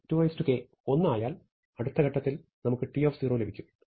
n2k 1 ആയാൽ അടുത്ത ഘട്ടത്തിൽ നമുക്ക് T ലഭിക്കും